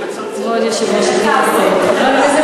כבוד היושב-ראש,